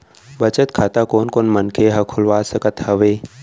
बचत खाता कोन कोन मनखे ह खोलवा सकत हवे?